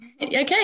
Okay